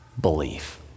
Belief